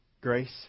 grace